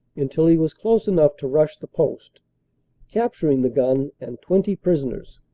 until he was close enough to rush the post capturing the gun and twenty prisoners.